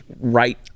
right